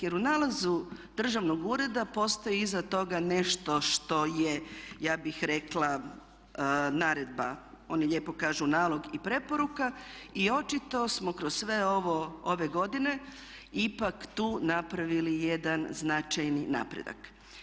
Jer u nalazu Državnog ureda postoji iza toga nešto što je ja bih rekla naredba, oni lijepo kažu nalog i preporuka i očito smo kroz sve ovo ove godine ipak tu napravili jedan značajni napredak.